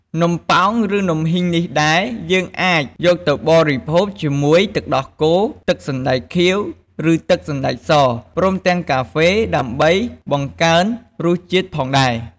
នំប៉ោង ឬ នំហុីងនេះដែរ យើងអាចយកទៅបរិភោគជាមួយទឹកដោះគោ ទឹកសណ្តែកខៀវ ឬ ទឹកសណ្តែកស ព្រមទាំងកាហ្វេ ដើម្បីបង្កើនរសជាតិផងដែរ។